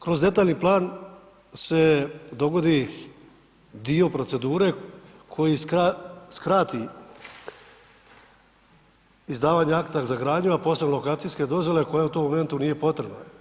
Kroz detaljni plan se dogodi dio procedure koji skrati izdavanje akta za gradnju, a posebno lokacijske dozvole koja u tom momentu nije potrebna.